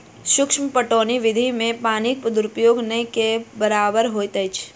सूक्ष्म पटौनी विधि मे पानिक दुरूपयोग नै के बरोबरि होइत अछि